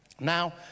Now